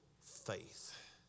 faith